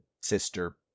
sister